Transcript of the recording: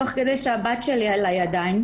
תוך כדי שהבת שלי על הידיים.